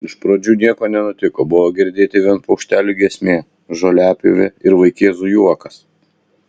iš pradžių nieko nenutiko buvo girdėti vien paukštelių giesmė žoliapjovė ir vaikėzų juokas